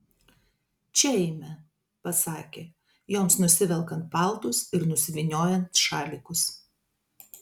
čia eime pasakė joms nusivelkant paltus ir nusivyniojant šalikus